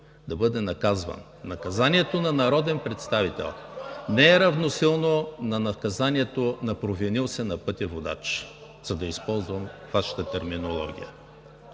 за България“.) Наказанието на народен представител не е равносилно на наказанието на провинил се на пътя водач, за да използвам Вашата терминология.